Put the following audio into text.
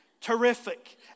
Terrific